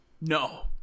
No